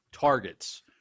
targets